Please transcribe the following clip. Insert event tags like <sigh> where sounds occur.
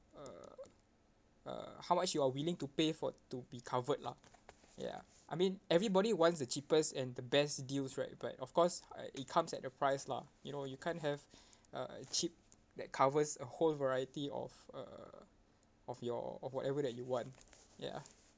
uh uh how much you are willing to pay for to be covered lah ya I mean everybody wants the cheapest and the best deals right but of course uh it comes at a price lah you know you can't have <breath> uh cheap that covers a whole variety of uh of your of whatever that you want ya